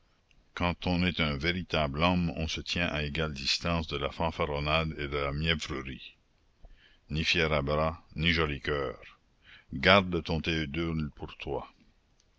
quand on est un véritable homme on se tient à égale distance de la fanfaronnade et de la mièvrerie ni fier à bras ni joli coeur garde ton théodule pour toi